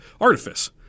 Artifice